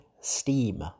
steam